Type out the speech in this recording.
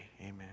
amen